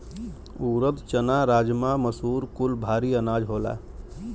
ऊरद, चना, राजमा, मसूर कुल भारी अनाज होला